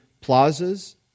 plazas